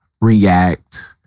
react